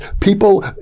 people